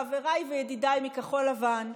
חבריי וידידיי מכחול לבן,